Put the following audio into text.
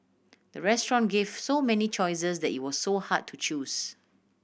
the restaurant gave so many choices that it was so hard to choose